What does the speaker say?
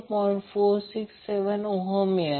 467 ohm मिळेल